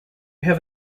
have